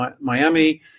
Miami